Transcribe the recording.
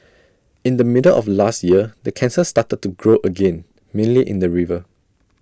in the middle of last year the cancer started to grow again mainly in the river